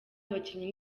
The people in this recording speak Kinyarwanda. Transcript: abakinnyi